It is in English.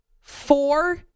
four